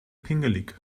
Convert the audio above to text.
pingelig